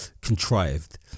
contrived